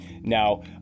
Now